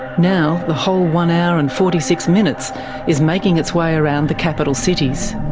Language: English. now the whole one hour and forty six minutes is making its way around the capital cities.